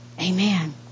Amen